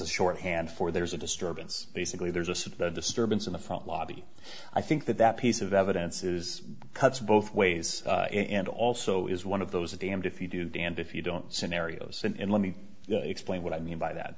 shorthand for there's a disturbance basically there's a sort of disturbance in the front lobby i think that that piece of evidence is cuts both ways and also is one of those a damned if you do damned if you don't scenarios and let me explain what i mean by that